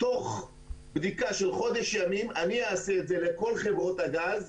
תוך בדיקה של חודש ימים ואני אעשה את זה לכל חברות הגז,